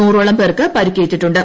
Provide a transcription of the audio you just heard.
നൂറോളം പേർക്ക് പരിക്കേറ്റിട്ടുണ്ട്